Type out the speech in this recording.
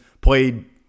played